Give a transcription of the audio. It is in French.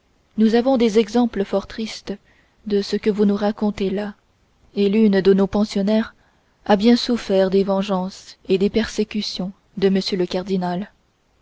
nous avons des exemples fort tristes de ce que vous nous racontez là et l'une de nos pensionnaires a bien souffert des vengeances et des persécutions de m le cardinal